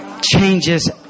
changes